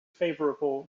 favorable